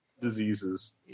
diseases